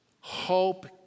hope